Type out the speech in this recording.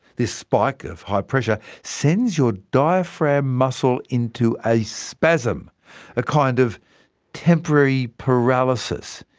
this spike of high pressure sends your diaphragm muscle into a spasm a kind of temporary paralysis.